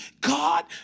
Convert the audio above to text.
God